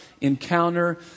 encounter